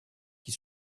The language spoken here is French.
qui